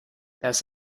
das